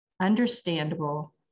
understandable